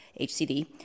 HCD